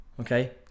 okay